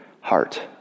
heart